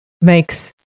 makes